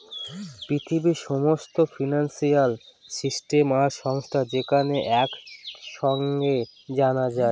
পৃথিবীর সমস্ত financial system আর সংস্থা যেখানে এক সাঙে জানা যায়